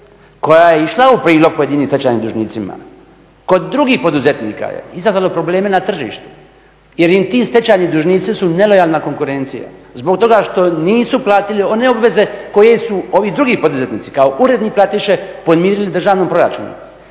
koja je išla u prilog pojedinim stečajnim dužnicima kod drugih poduzetnika je izazvalo probleme na tržištu jer im ti stečajni dužnici su nelojalna konkurencija zbog toga što nisu platili one obveze koje su ovi drugi poduzetnici kao uredni platiše podmirili državnom proračunu.